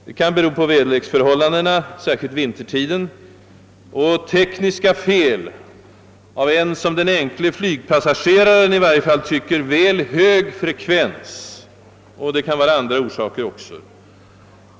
Detta kan bero på väderleksförhållandena, särskilt vintertid, på tekniska fel av en, som den enkle flygpassageraren i varje fall tycker, väl hög frekvens, och det kan även ha andra orsaker.